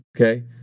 Okay